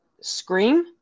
Scream